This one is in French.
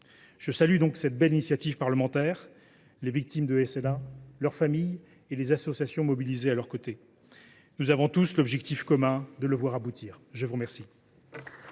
Je salue donc cette belle initiative parlementaire, ainsi que les victimes de la SLA, leurs familles et les associations mobilisées à leurs côtés. Nous avons l’objectif commun de voir aboutir ce texte.